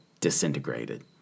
disintegrated